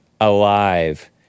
alive